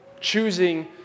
Choosing